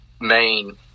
main